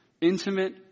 intimate